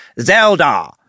Zelda